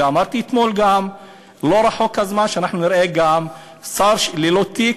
ואמרתי אתמול גם שלא רחוק הזמן שאנחנו נראה שר ללא תיק,